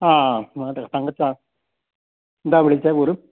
ആ മറ്റേ തങ്കച്ചാ എന്താ വിളിച്ചത് പോലും